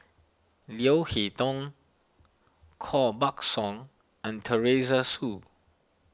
Leo Hee Tong Koh Buck Song and Teresa Hsu